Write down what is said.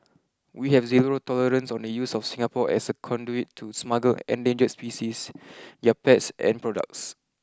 we have zero tolerance on the use of Singapore as a conduit to smuggle endangered species their pets and products